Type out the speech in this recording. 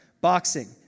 Boxing